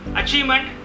achievement